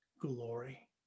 glory